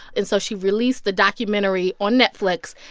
and so she released the documentary on netflix,